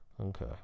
Okay